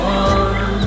one